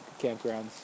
campgrounds